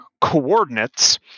coordinates